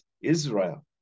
Israel